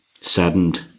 saddened